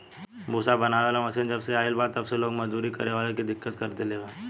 भूसा बनावे वाला मशीन जबसे आईल बा तब से लोग मजदूरी करे वाला के दिक्कत कर देले बा